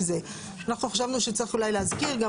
אמרנו שאולי צריך להסדיר פה.